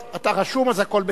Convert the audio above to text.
אתה רשום, אז הכול בסדר.